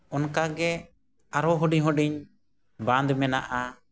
ᱚᱱᱠᱟᱜᱮ ᱟᱨᱚ ᱦᱩᱰᱤᱧᱼᱦᱩᱰᱤᱧ ᱵᱟᱸᱫᱷ ᱢᱮᱱᱟᱜᱼᱟ